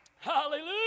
Hallelujah